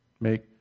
make